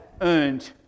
earned